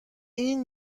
این